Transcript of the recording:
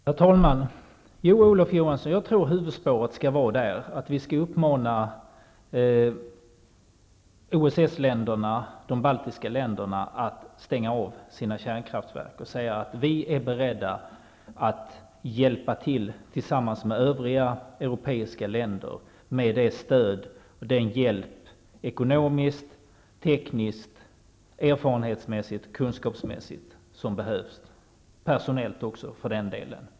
Herr talman! Ja, Olof Johansson, jag tror att huvudspåret skall vara att vi skall uppmana OSS länderna och de baltiska länderna att stänga av sina kärnkraftverk och säga att vi är beredda att hjälpa dem tillsammans med övriga länder i Europa ekonomiskt, tekniskt, erfarenhetsmässigt, kunskapsmässigt och för den delen också personellt.